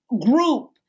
group